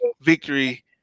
victory